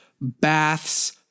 baths